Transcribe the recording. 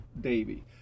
Davy